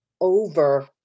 over